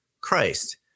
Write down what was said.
Christ